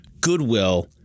goodwill